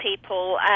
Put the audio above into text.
people